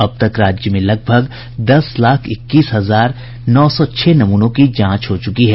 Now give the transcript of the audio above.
अब तक राज्य में लगभग दस लाख इक्कीस हजार नौ सौ छह नमूनों की जांच हो चुकी है